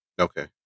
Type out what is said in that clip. Okay